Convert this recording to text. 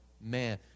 man